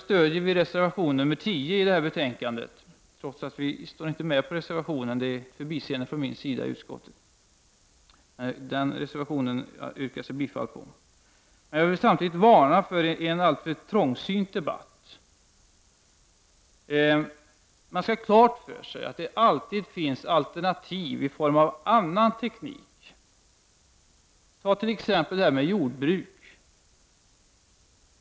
Vi stöder därför reservation 10 till betänkandet, trots att vi inte står med på den reservationen — det var ett förbiseende från min sida i utskottet. Denna reservation yrkar jag alltså bifall till. Jag vill samtidigt varna för en alltför trångsynt debatt. Man skall ha klart för sig att det alltid finns alternativ i form av annan teknik. Ta t.ex. detta med jordbruk.